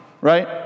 right